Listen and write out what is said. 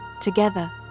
Together